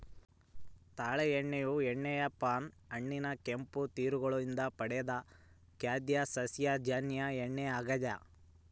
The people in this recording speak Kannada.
ತಾಳೆ ಎಣ್ಣೆಯು ಎಣ್ಣೆ ಪಾಮ್ ಹಣ್ಣಿನ ಕೆಂಪು ತಿರುಳು ನಿಂದ ಪಡೆದ ಖಾದ್ಯ ಸಸ್ಯಜನ್ಯ ಎಣ್ಣೆ ಆಗ್ಯದ